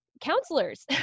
counselors